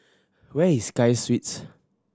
where is Sky Suites